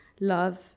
love